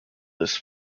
this